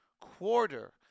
quarter